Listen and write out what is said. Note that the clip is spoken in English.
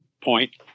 point